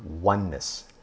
oneness